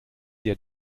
der